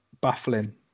Baffling